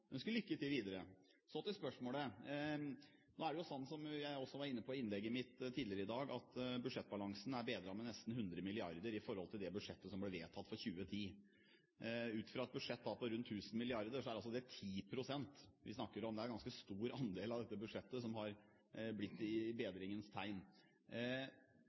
videre. Så til spørsmålet. Nå er det jo slik, som jeg var inne på i innlegget mitt tidligere i dag, at budsjettbalansen er bedret med nesten 100 mrd. kr i forhold til det budsjettet som ble vedtatt for 2010. Ut fra et budsjett på rundt 1 000 mrd. kr er det 10 pst. vi snakker om – det er en ganske stor andel av dette budsjettet som er i bedringens tegn.